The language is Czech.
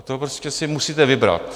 To prostě si musíte vybrat.